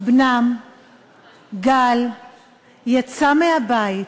בנם גל יצא מהבית